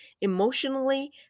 emotionally